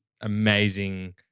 amazing